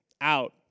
out